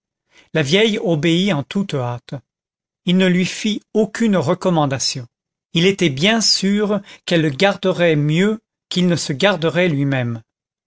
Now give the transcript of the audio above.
la vieille obéit en toute hâte il ne lui fit aucune recommandation il était bien sûr qu'elle le garderait mieux qu'il ne se garderait lui-même